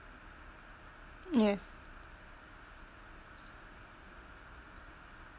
ya